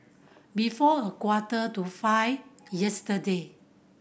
before a quarter to five yesterday